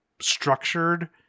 structured